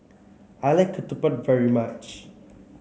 I like Ketupat very much